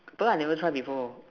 but I never try before